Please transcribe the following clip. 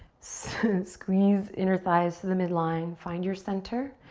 squeeze inner thighs to the midline. find your center.